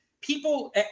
people